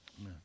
Amen